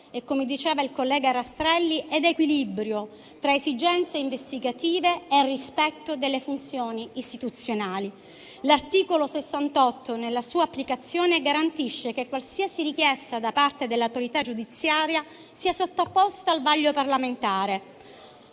- come diceva il collega Rastrelli - equilibrio tra esigenze investigative e rispetto delle funzioni istituzionali. L'articolo 68, nella sua applicazione, garantisce che qualsiasi richiesta da parte dell'autorità giudiziaria sia sottoposta al vaglio parlamentare